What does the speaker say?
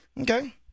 Okay